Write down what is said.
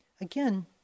again